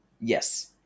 yes